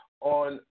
on